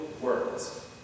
words